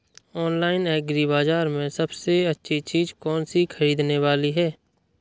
Online agri बाजार में सबसे अच्छी चीज कौन सी ख़रीदने वाली है?